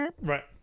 Right